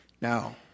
Now